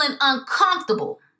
uncomfortable